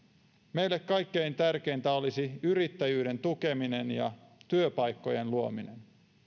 meille kaikkein tärkeintä olisi yrittäjyyden tukeminen ja työpaikkojen luominen